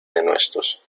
denuestos